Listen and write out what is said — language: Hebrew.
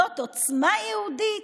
זו עוצמה יהודית?